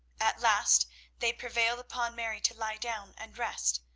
at last they prevailed upon mary to lie down and rest,